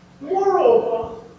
Moreover